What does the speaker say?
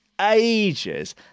ages